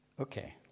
Okay